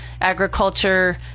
agriculture